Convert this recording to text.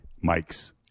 Mikes